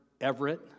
Everett